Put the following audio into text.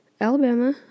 Alabama